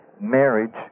marriage